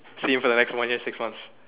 see him for the next one year six months